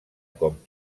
com